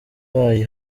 wabaye